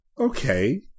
Okay